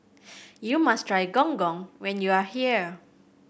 you must try Gong Gong when you are here